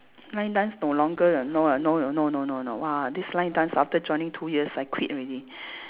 line dance no longer ah no ah no no no no no !wah! this line dance after joining two years I quit already